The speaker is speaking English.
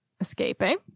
escaping